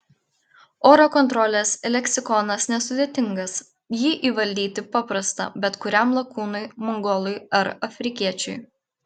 oro kontrolės leksikonas nesudėtingas jį įvaldyti paprasta bet kuriam lakūnui mongolui ar afrikiečiui